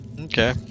Okay